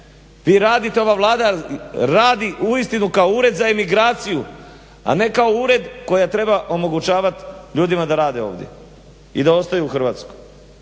Vi radite, ova Vlada radi uistinu kao ured za emigraciju, a ne kao ured koji treba omogućavati ljudima da rade ovdje i da ostaju u Hrvatskoj.